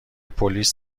پلیس